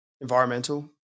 environmental